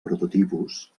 prototipus